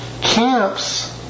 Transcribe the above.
Camps